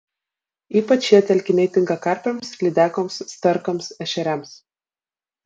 ypač šie telkiniai tinka karpiams lydekoms sterkams ešeriams